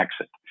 exit